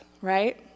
right